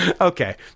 Okay